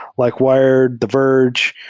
like wired, the verge.